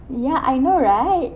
ya I know right